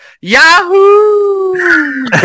Yahoo